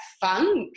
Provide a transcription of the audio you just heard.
funk